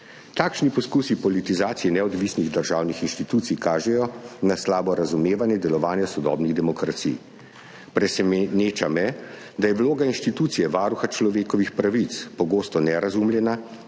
Takšni poskusi politizacije neodvisnih državnih inštitucij kažejo na slabo razumevanje delovanja sodobnih demokracij. Preseneča me, da je vloga inštitucije Varuha človekovih pravic pogosto nerazumljena